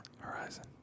Horizon